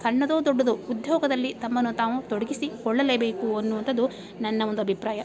ಸಣ್ಣದೋ ದೊಡ್ಡದೋ ಉದ್ಯೋಗದಲ್ಲಿ ತಮ್ಮನ್ನು ತಾವು ತೊಡಗಿಸಿಕೊಳ್ಳಲೇಬೇಕು ಅನ್ನುವಂಥದ್ದು ನನ್ನ ಒಂದು ಅಭಿಪ್ರಾಯ